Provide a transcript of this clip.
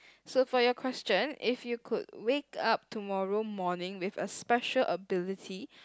so for your question if you could wake up tomorrow morning with a special ability